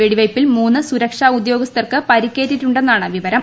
വെടിവയ്പിൽ മൂന്ന് സുരക്ഷാ ഉദ്യോഗസ്ഥർക്ക് പരിക്കേറ്റിട്ടുണ്ടെന്നാണ് വിപ്പരം